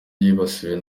yasabiwe